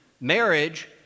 Marriage